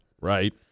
Right